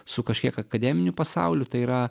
su kažkiek akademiniu pasauliu tai yra